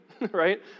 Right